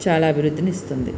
చాలా అభివృద్ధిని ఇస్తుంది